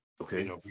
Okay